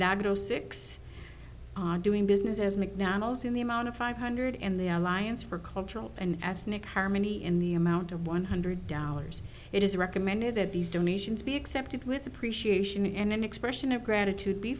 minato six on doing business as mcdonald's in the amount of five hundred in the alliance for cultural and ethnic harmony in the amount of one hundred dollars it is recommended that these donations be accepted with appreciation and an expression of gratitude be